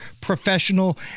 professional